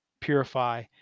purify